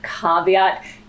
caveat